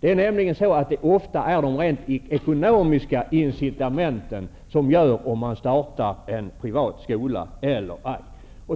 Det är nämligen ofta de rent ekonomiska incitamenten som avgör om man startar en privat skola eller ej.